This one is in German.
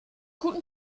guten